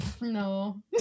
No